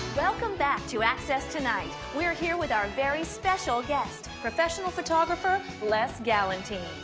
welcome back to access tonight, we're here with our very special guest, professional photographer, les galantine.